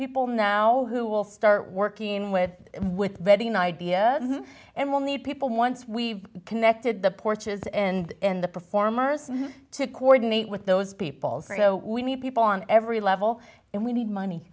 people now who will start working with with vetting an idea and we'll need people once we've connected the porches and the performers to coordinate with those peoples we need people on every level and we need money